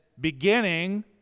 beginning